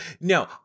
no